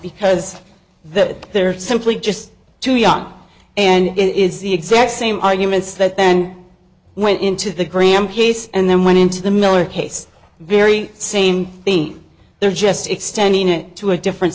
because that they're simply just too young and it's the exact same arguments that then went into the graham case and then went into the miller case very same thing they're just extending it to a different